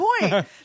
point